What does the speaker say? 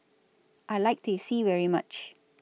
I like Teh C very much